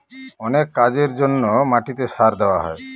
অনেক কাজের জন্য মাটিতে সার দেওয়া হয়